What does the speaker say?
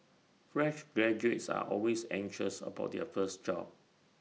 fresh graduates are always anxious about their first job